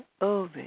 over